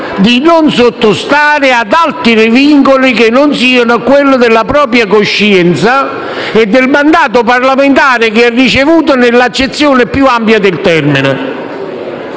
di non sottostare ad altri vincoli che non siano quello della propria coscienza e del mandato parlamentare che è ricevuto nell'accezione più ampia del termine.